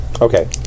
Okay